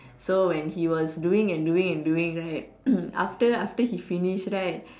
so when he was doing and doing and doing right after after he finish right